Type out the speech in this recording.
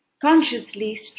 Consciously